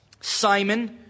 Simon